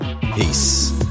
Peace